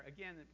Again